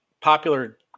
Popular